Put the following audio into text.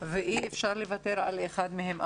ואי אפשר לוותר על אחד מהם.